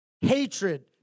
Hatred